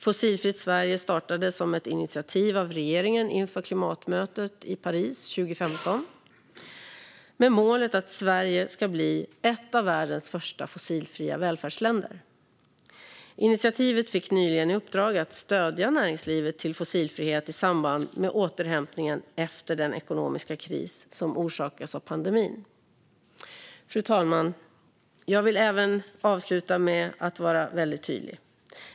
Fossilfritt Sverige startades som ett initiativ av regeringen inför klimatmötet i Paris 2015 med målet att Sverige ska bli ett av världens första fossilfria välfärdsländer. Initiativet fick nyligen i uppdrag att stödja näringslivet till fossilfrihet i samband med återhämtningen efter den ekonomiska kris som orsakats av pandemin. Fru talman! Jag vill även avsluta med att vara väldigt tydlig.